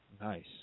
Nice